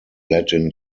latin